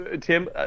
Tim